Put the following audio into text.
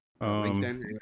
LinkedIn